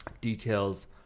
details